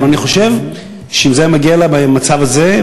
אבל אני חושב שאם זה היה מגיע אלי במצב הזה,